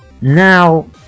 Now